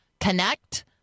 connect